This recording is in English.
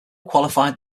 qualified